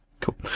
cool